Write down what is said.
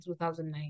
2009